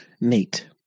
Nate